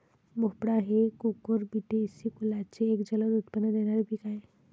भोपळा हे कुकुरबिटेसी कुलाचे एक जलद उत्पन्न देणारे पीक आहे